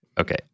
okay